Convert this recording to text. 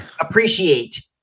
appreciate